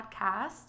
podcast